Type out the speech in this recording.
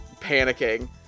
panicking